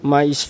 Mas